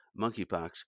monkeypox